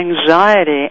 anxiety